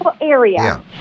area